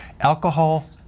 Alcohol